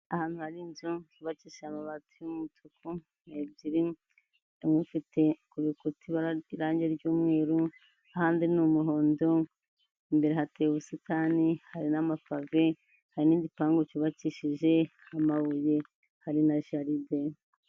Ahantu hari inzu yubakishije amabati y'umutuku, ni ebyiri, imwe ifite ku bikuti irangi ry'umweru, ahandi ni umuhondo, imbere hatewe ubusitani, hari n'amapave, hari n'igipangu cyubakishije amabuye, hari na jalide.